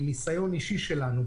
מניסיון אישי שלנו.